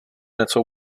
něco